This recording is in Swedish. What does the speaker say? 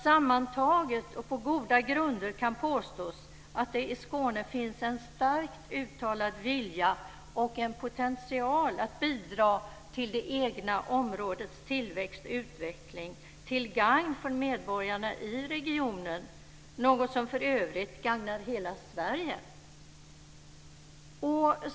Sammantaget och på goda grunder kan påstås att det i Skåne finns en starkt uttalad vilja och en potential att bidra till det egna områdets tillväxt och utveckling till gagn för medborgarna i regionen. Det är för övrigt något som gagnar hela Sverige.